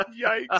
Yikes